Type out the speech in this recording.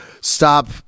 stop